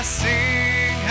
sing